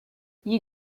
you